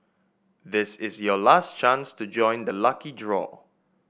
this is your last chance to join the lucky draw